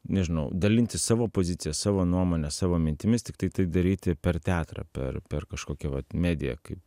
nežinau dalintis savo pozicija savo nuomone savo mintimis tiktai tai daryti per teatrą per per kažkokią vat mediją kaip